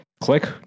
Click